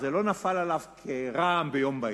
זה לא נפל עליו כרעם ביום בהיר,